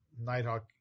Nighthawk